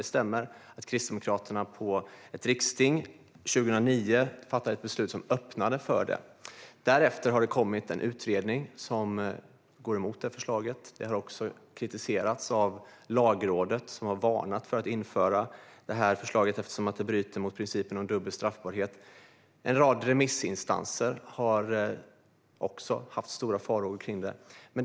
Det stämmer att Kristdemokraterna på ett riksting 2009 fattade ett beslut som öppnade för det här. Därefter har det kommit en utredning som går emot förslaget. Även Lagrådet har kritiserat förslaget och har varnat för att införa det då det bryter mot principen om dubbel straffbarhet. En rad remissinstanser har också haft stora farhågor kring detta.